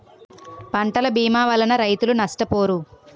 పంటల భీమా వలన రైతులు నష్టపోరు